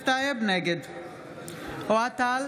טל,